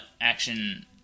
action